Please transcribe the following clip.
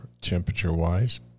temperature-wise